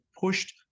pushed